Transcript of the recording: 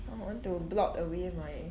I want to blot away my